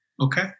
okay